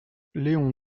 léon